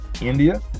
India